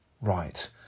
right